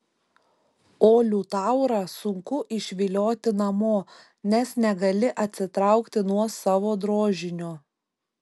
o liutaurą sunku išvilioti namo nes negali atsitraukti nuo savo drožinio